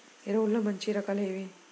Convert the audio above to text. ఎరువుల్లో మంచి రకాలు ఏవి?